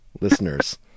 Listeners